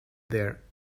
there